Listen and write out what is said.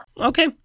Okay